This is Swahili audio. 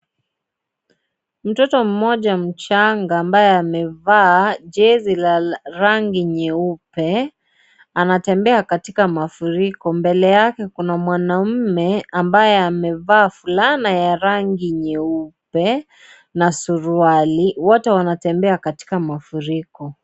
Mtoto mmoja mchanga ambaye amevaa jezi la rangi nyeupe, anatembea katika mafuriko. Mbele yake, kuna mwanaume ambaye amevaa fulana ya rangi nyeupe na suruali. Wote wanatembea katika mafuriko.